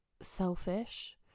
selfish